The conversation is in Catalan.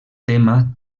tema